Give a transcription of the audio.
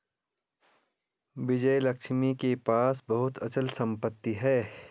विजयलक्ष्मी के पास बहुत अचल संपत्ति है